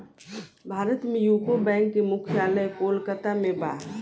भारत में UCO bank के मुख्यालय कोलकाता में बा